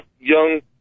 young